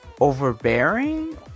Overbearing